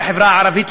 בחברה הערבית,